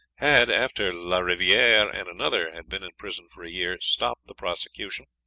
had, after la riviere and another had been in prison for a year, stopped the prosecution,